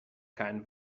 keinen